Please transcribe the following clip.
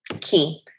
key